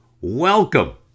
Welcome